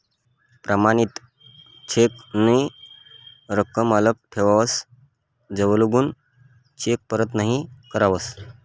प्रमाणित चेक नी रकम आल्लक ठेवावस जवलगून चेक परत नहीं करावस